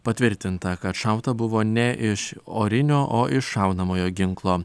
patvirtinta kad šauta buvo ne iš orinio o iš šaunamojo ginklo